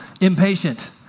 impatient